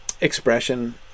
expression